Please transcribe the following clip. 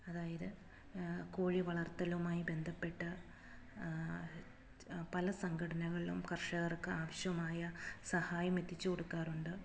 അതായത് കോഴിവളർത്തലുമായി ബന്ധപ്പെട്ട് പല സംഘടനകളിലും കർഷകർക്ക് ആവശ്യമായ സഹായം എത്തിച്ചുകൊടുക്കാറുണ്ട്